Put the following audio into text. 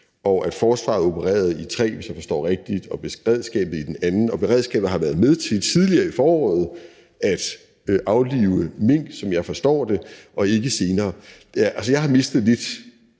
og at forsvaret opererede i zone 3, hvis jeg forstår rigtigt, og beredskabet i zone 2 – og beredskabet har været med til tidligere i foråret at aflive mink, som jeg forstår det, og ikke senere – så har jeg, det